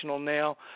now